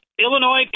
Illinois